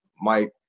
Mike